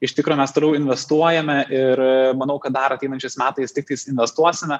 iš tikro mes toliau investuojame ir manau kad dar ateinančiais metais tiktais investuosime